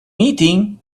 eating